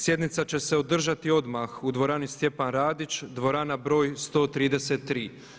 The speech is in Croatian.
Sjednica će se održati odmah u dvorani Stjepan Radić, dvorana broj 133.